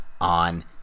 on